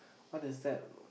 what does that